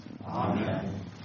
Amen